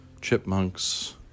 chipmunks